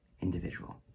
individual